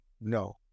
No